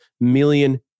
million